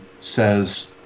says